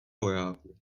vojáků